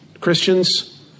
Christians